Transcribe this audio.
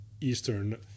eastern